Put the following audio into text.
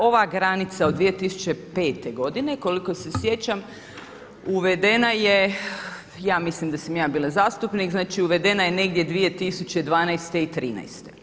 Ova granica od 2005. godine koliko se sjećam uvedena je, ja mislim da sam ja bila zastupnik, znači uvedena je negdje 2012. i '13.